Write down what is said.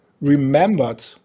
remembered